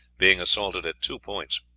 being assaulted at two points.